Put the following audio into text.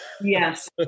Yes